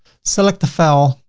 select the file,